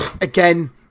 Again